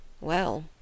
Well